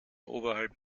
oberhalb